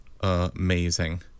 Amazing